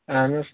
اہن حظ